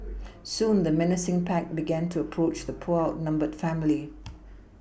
soon the menacing pack began to approach the poor outnumbered family